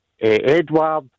Edward